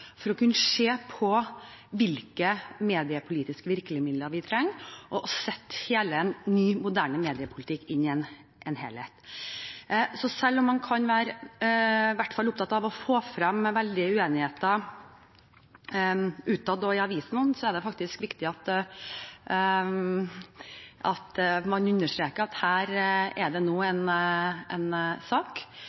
for å kunne se på hvilke mediepolitiske virkemidler vi trenger, og setter en ny, moderne mediepolitikk inn i en helhet. Så selv om man kan være opptatt av å få frem store uenigheter utad og i avisene, er det viktig at man understreker at her er det nå en sak som Stortinget samles enstemmig om. Jeg er glad for det. Det vil sikre oss en